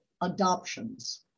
adoptions